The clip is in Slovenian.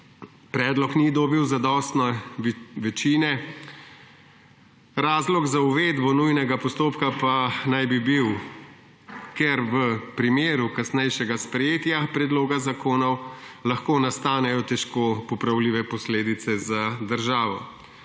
Predlog ni dobil zadostne večine. Razlog za uvedbo nujnega postopka pa naj bi bil, ker v primeru kasnejšega sprejetja predloga zakonov lahko nastanejo težko popravljive posledice za državo.